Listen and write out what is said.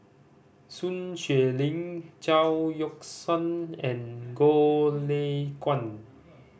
Sun Xueling Chao Yoke San and Goh Lay Kuan